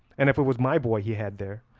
and if it was my boy he had there,